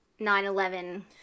9-11